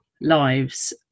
lives